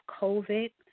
COVID